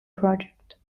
project